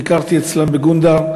ביקרתי אצלם בגונדר,